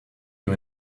you